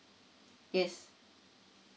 yes